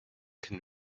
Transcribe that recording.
can